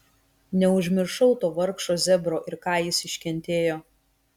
neužmiršau to vargšo zebro ir ką jis iškentėjo